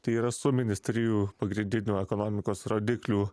tai yra suminis trijų pagrindinių ekonomikos rodiklių